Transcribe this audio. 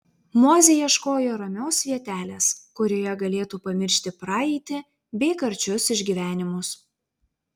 mozė ieškojo ramios vietelės kurioje galėtų pamiršti praeitį bei karčius išgyvenimus